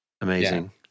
Amazing